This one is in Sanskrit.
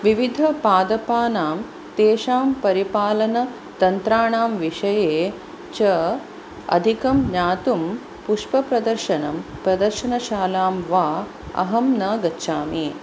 विविधपादपानां तेषां परिपालनतन्त्राणां विषये च अधिकं ज्ञातुं पुष्पप्रदर्शनं प्रदर्शनशालां वा अहं न गच्छामि